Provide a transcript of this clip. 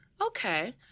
okay